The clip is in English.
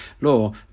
Law